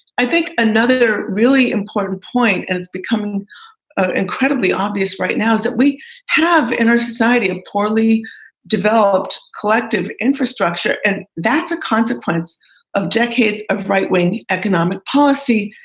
i think another really important point and it's becoming ah incredibly obvious right now is that we have in our society a poorly developed collective infrastructure, and that's a consequence of decades of right wing economic policy.